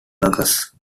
workers